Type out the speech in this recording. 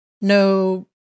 no